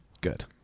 Good